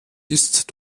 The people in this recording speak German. ist